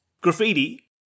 graffiti